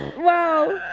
wow!